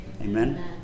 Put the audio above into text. Amen